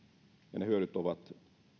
ja ne hyödyt ovat